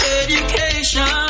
education